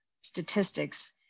statistics